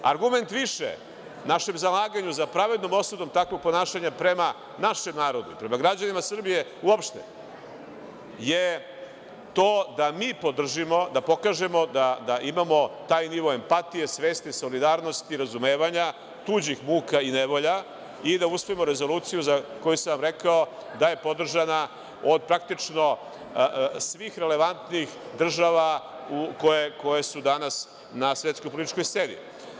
Argument više našem zalaganju za pravednom osudom takvog ponašanja prema našem narodu, prema građanima Srbije uopšte je to da mi podržimo, da pokažemo da imamo taj nivo empatije, svesti, solidarnosti, razumevanja tuđih muka i nevolja i da usvojimo rezoluciju za koju sam vam rekao da je podržana od praktično svih relevantnih država koje su danas na svetskoj političkoj sceni.